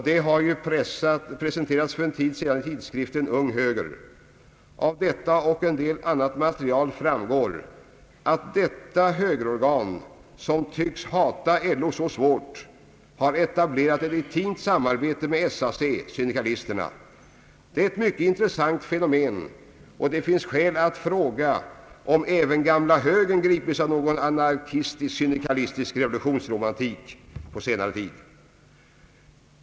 Det har presenterats för en tid sedan i tidskriften Ung Höger. Av detta och en del annat material framgår att detta högerorgan, som tycks hata LO så svårt, har etablerat ett intimt samarbete med SAC — syndikalisterna. Detta är ett mycket intressant fenomen, och det finns skäl att fråga om även gamla högern på senare tid gripits av anarkistisk-syndikalistisk revolutionsromantik.